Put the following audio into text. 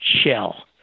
Shell